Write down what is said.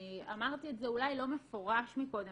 אני אמרתי את זה אולי לא במפורש מקודם,